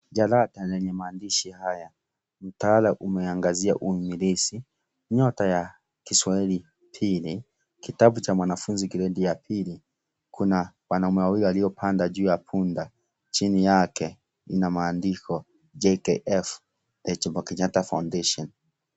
Jalada lenye maandishi haya; mtaala umeangazia uimilisi nyota ya Kiswahili pili kitabu cha mwanafunzi gredi ya pili, kuna wanaume wawili waliopanda juu ya punda jini yake kuna maadishi JKF Jomo Kenyatta Foundation.